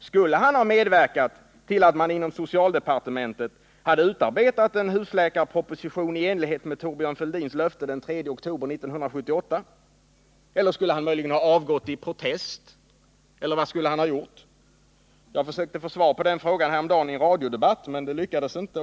Skulle han ha medverkat till att man inom socialdepar tementet hade utarbetat en husläkarproposition i enlighet med Thorbjörn Fälldins löfte den 3 oktober 1978, eller skulle han möjligen ha avgått i protest, eller vad skulle han ha gjort? Jag försökte få svar på den frågan häromdagen i en radiodebatt, men det lyckades inte.